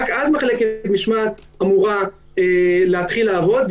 רק אז מחלקת משמעת אמורה להתחיל לעבוד,